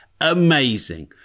Amazing